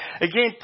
again